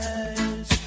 eyes